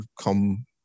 come